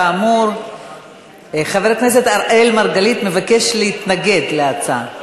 כאמור, חבר הכנסת אראל מרגלית מבקש להתנגד להצעה.